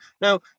Now